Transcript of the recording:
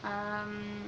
um